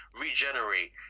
regenerate